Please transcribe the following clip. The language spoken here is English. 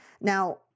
Now